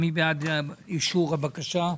מי בעד אישור הבקשה?